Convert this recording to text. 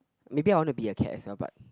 maybe I want to be a cat itself but